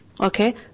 okay